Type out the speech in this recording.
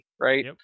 right